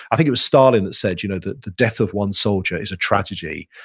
i think it was starlin that said you know the the death of one soldier is a tragedy,